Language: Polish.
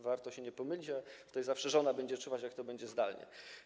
Warto się nie pomylić - zawsze żona będzie czuwać, jak to będzie zdalnie.